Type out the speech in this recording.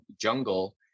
jungle